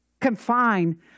confine